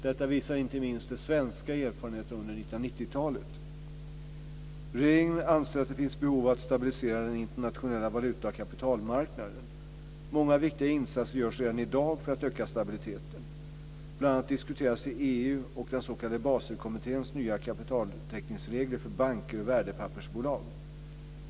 Detta visar inte minst de svenska erfarenheterna under 1990-talet. Regeringen anser att det finns behov av att stabilisera den internationella valuta och kapitalmarknaden. Många viktiga insatser görs redan i dag för att öka stabiliteten. Bl.a. diskuteras i EU och den s.k. Baselkommittén nya kapitaltäckningsregler för banker och värdepappersbolag.